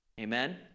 Amen